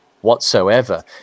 whatsoever